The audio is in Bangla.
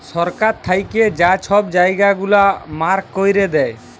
সরকার থ্যাইকে যা ছব জায়গা গুলা মার্ক ক্যইরে দেয়